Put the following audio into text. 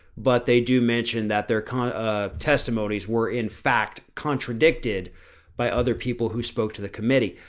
but they do mention that their con ah, testimonies were in fact contradicted by other people who spoke to the committee.